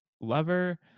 lover